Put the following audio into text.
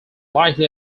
likely